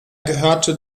gehörte